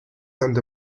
under